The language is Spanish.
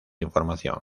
información